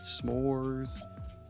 s'mores